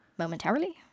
Momentarily